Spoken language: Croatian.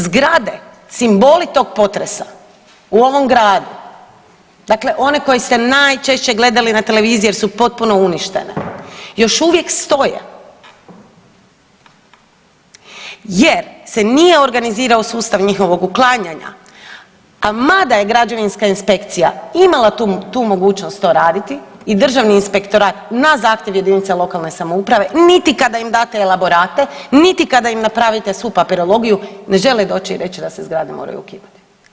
Zgrade, simboli tog potresa u ovom gradu dakle one koje ste najčešće gledali na televiziji jer su potpuno uništene još uvijek stoje, jer se nije organizirao sustav njihovog uklanjanja, a mada je građevinska inspekcija imala tu mogućnost to raditi i Državni inspektorat na zahtjev jedinice lokalne samouprave niti kada im date elaborate, niti kada im napravite svu papirologiju ne žele doći i reći da se zgrade moraju ukinuti.